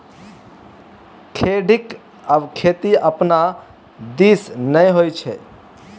खेढ़ीक खेती अपना दिस नै होए छै